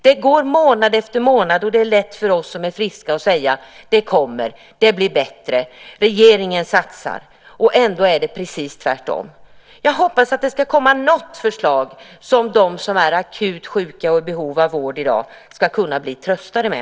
Det går månad efter månad, och det är lätt för oss som är friska att säga att det kommer, att det blir bättre och att regeringen satsar. Ändå är det precis tvärtom. Jag hoppas att det ska komma något förslag som de som är akut sjuka och i behov av vård i dag ska kunna bli tröstade med.